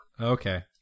Okay